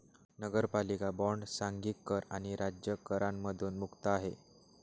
नगरपालिका बॉण्ड सांघिक कर आणि राज्य करांमधून मुक्त आहे